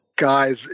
guys